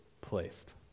placed